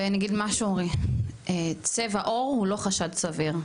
ונגיד משהו, צבע עור הוא לא חשד סביר.